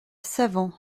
savant